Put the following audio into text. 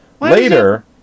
Later